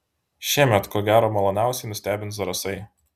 šiemet ko gero maloniausiai nustebins zarasai